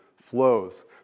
flows